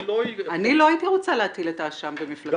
אני לא הייתי רוצה להטיל את האשם במפלגה אחת.